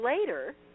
later